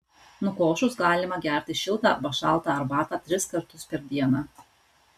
nukošus galima gerti šiltą arba šaltą arbatą tris kartus per dieną